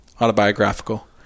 autobiographical